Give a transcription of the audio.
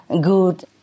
good